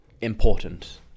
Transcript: important